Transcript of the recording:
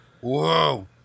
Whoa